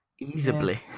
Easily